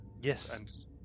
Yes